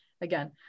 again